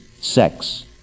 sex